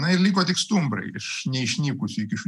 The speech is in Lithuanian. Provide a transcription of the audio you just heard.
na ir liko tik stumbrai iš neišnykusių iki šiol